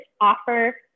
offer